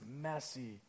messy